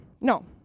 No